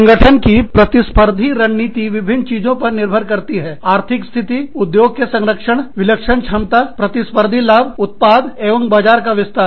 संगठन की प्रतिस्पर्धी रणनीति विभिन्न चीजों पर निर्भर करती है आर्थिक स्थिति उद्योग के संरक्षण विलक्षण क्षमता प्रतिस्पर्धी लाभ उत्पाद एवं बाजार का विस्तार